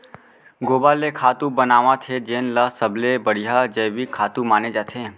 गोबर ले खातू बनावत हे जेन ल सबले बड़िहा जइविक खातू माने जाथे